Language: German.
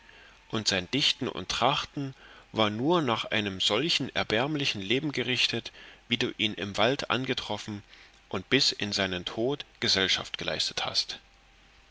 und sein dichten und trachten war nur nach einem solchen erbärmlichen leben gerichtet darin du ihn im wald angetroffen und bis in seinen tod gesellschaft geleistet hast